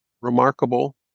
remarkable